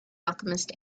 alchemist